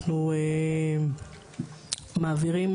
אנחנו מעבירים